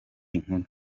inkuru